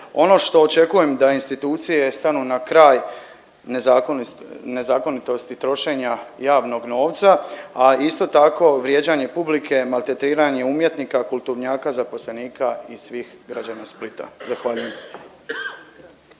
Ono što očekujem da institucije stanu na kraj nezakonitosti trošenja javnog novca, a isto tako, vrijeđanje publike, maltretiranje umjetnika, kulturnjaka, zaposlenika i svih građana Splita. Zahvaljujem.